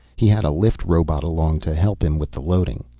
he had a lift robot along to help him with the loading.